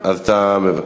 אז אתה מוותר.